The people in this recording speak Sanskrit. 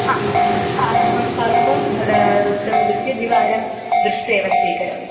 आ सर्वं सर्वं उत्तमरीत्या द्विवारं दृष्ट्वेव स्वीकरोमि